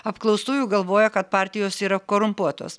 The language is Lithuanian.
apklaustųjų galvoja kad partijos yra korumpuotos